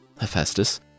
Hephaestus